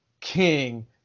king